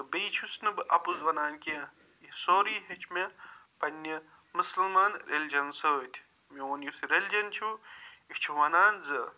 تہٕ بیٚیہِ چھُس نہٕ بہٕ اَپُز وَنان کیٚنٛہہ یہِ سورٕے ہیٚچھ مےٚ پنٛنہِ مسلمان ریٚلِجن سۭتۍ میون یُس یہِ ریٚلِجن چھُ یہِ چھُ وَنان زٕ